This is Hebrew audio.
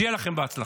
שיהיה להם בהצלחה.